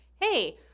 hey